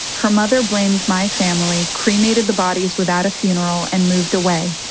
her mother blamed my family, cremated the bodies without a funeral and moved away.